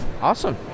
Awesome